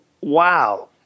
Wow